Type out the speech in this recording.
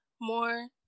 more